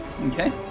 Okay